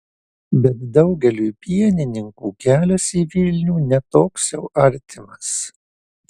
bet daugeliui pienininkų kelias į vilnių ne toks jau artimas